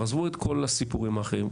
עזבו את כל הסיפורים האחרים.